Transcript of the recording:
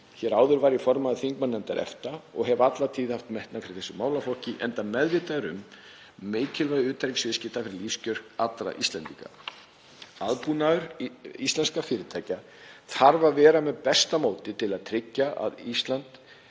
Hér áður var ég formaður þingmannanefndar EFTA og hef alla tíð haft metnað fyrir þessum málaflokki enda meðvitaður um mikilvægi utanríkisviðskipta fyrir lífskjör allra Íslendinga. Aðbúnaður íslenskra fyrirtækja þarf að vera með besta móti til að tryggja að á Íslandi